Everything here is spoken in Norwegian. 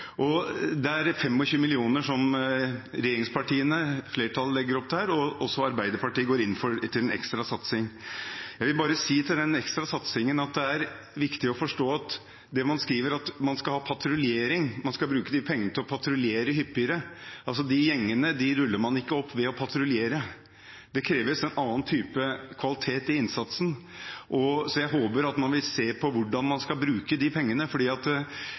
også Arbeiderpartiet går inn for i sin ekstra satsing. Man skriver at man skal bruke de pengene til å patruljere hyppigere. Jeg vil bare si om den ekstra satsingen at det er viktig å forstå at de gjengene ruller man ikke opp ved å patruljere. Det kreves en annen type kvalitet i innsatsen, så jeg håper man vil se på hvordan man skal bruke de pengene.